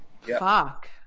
Fuck